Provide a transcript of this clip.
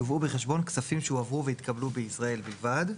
יובאו בחשבון כספים שהועברו והתקבלו בישראל בלבד.".